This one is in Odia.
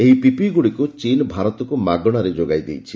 ଏହି ପିପିଇଗୁଡ଼ିକୁ ଚୀନ୍ ଭାରତକୁ ମାଗଣାରେ ଯୋଗାଇ ଦେଇଛି